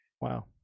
Wow